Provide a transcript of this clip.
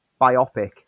biopic